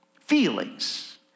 feelings